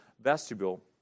vestibule